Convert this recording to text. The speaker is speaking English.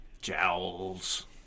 jowls